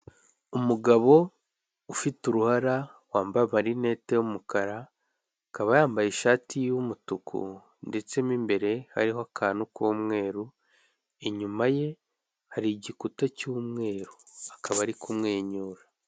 Umugabo ufite uruhara, wambaye amarinete y'umukara, akaba yambaye ishati y'umutuku ndetse mo imbere hariho akantu k'umweru, inyuma ye hari igikuta cy'umweru, akaba ari kumwenyura.